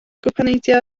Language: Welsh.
gwpaneidiau